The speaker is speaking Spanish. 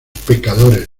pecadores